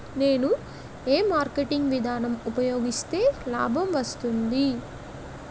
నేను ఏ మార్కెటింగ్ విధానం ఉపయోగిస్తే లాభం వస్తుంది?